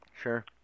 Sure